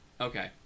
Okay